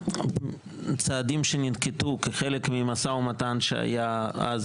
הצעדים שננקטו כחלק מהמשא ומתן שהיה אז,